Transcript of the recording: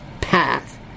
path